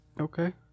Okay